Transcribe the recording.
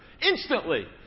instantly